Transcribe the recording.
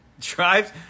drives